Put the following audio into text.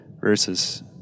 verses